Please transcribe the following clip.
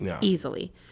Easily